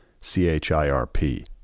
C-H-I-R-P